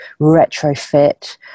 retrofit